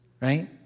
right